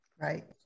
Right